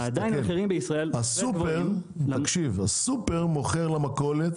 המחירים בישראל --- תקשיב, הסופר מוכר למכולת